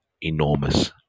enormous